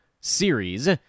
series